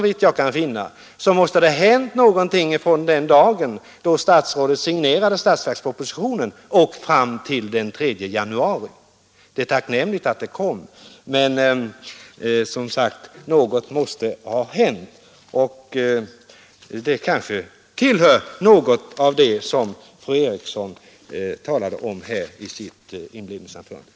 Det måste alltså ha hänt någonting från den dagen då statsrådet signerade statsverkspropositionen och fram till den 3 januari. Det är tacknämligt att utspelet kom, men något måste som sagt ha hänt — det kanske tillhör det som fru Eriksson i Stockholm talade om i början av sitt anförande.